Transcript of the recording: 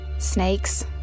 Snakes